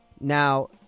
Now